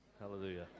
Hallelujah